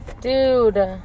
Dude